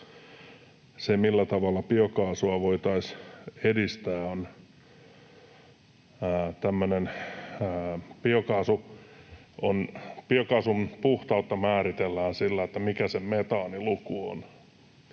Se, millä tavalla biokaasua voitaisiin edistää, on tämmöinen... Biokaasun puhtautta määritellään sillä, mikä sen metaaniluku on.